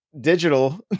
digital